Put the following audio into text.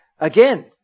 again